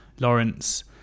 Lawrence